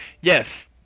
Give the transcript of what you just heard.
yes